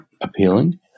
appealing